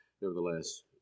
nevertheless